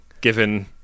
given